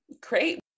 great